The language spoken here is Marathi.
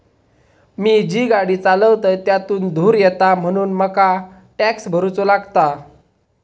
मी जी गाडी चालवतय त्यातुन धुर येता म्हणून मका टॅक्स भरुचो लागता